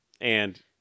and-